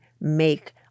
make